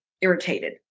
irritated